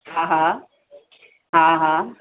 हा हा हा हा